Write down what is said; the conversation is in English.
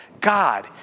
God